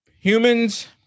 humans